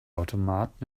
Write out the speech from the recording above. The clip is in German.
automat